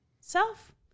self